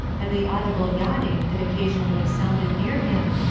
and the audible yawning that occasionally sounded near him,